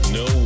no